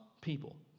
people